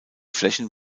flächen